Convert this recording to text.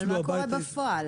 מה קורה בפועל?